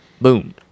Boom